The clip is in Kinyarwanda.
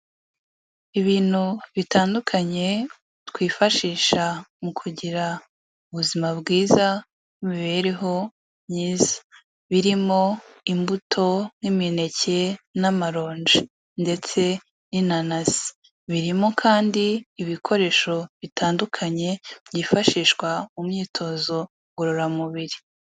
Ibintu bitandukanye twifashisha mu kugira ubuzima bwiza n'imibereho myiza, birimo imbuto n'imineke n'amaronji ndetse n'inanasi. Birimo kandi ibikoresho bitandukanye, byifashishwa mu myitozo ngororamubiri.